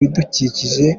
bidukikije